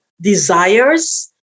desires